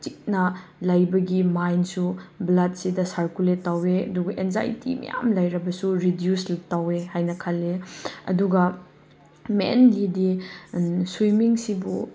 ꯆꯤꯛꯅ ꯂꯩꯕꯒꯤ ꯃꯥꯏꯟꯁꯨ ꯕ꯭ꯂꯗꯁꯤꯗ ꯁꯥꯔꯀꯨꯂꯦꯠ ꯇꯧꯏ ꯑꯗꯨꯒ ꯑꯦꯡꯖꯥꯏꯇꯤ ꯃꯌꯥꯝ ꯂꯩꯔꯕꯁꯨ ꯔꯤꯗ꯭ꯌꯨꯁꯁꯨ ꯇꯧꯏ ꯍꯥꯏꯅ ꯈꯜꯂꯦ ꯑꯗꯨꯒ ꯃꯦꯟꯒꯤꯗꯤ ꯁ꯭ꯋꯤꯃꯤꯡꯁꯤꯕꯨ